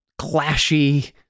clashy